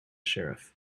sheriff